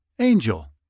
Angel